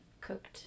cooked